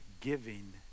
giving